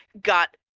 got